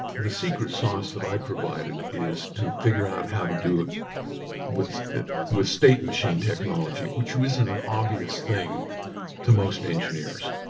the secret sauce that i provided is to figure out how to do it with it with state machine technology, which wasn't an obvious thing to most engineers.